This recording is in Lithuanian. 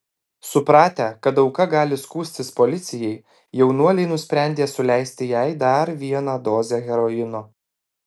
supratę kad auka gali skųstis policijai jaunuoliai nusprendė suleisti jai dar vieną dozę heroino